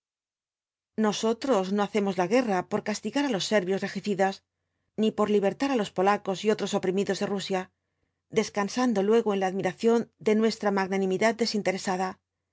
nosotros no hacemos la guerra por castigar á los servios regicidas ni por libertar á los polacos y otros oprimidos de rusia descansando luego en la admiración de nuestra magnanimidad desinteresada